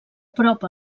prop